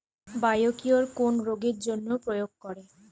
Biocure কোন রোগেরজন্য প্রয়োগ করে?